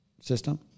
system